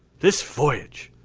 this voyage!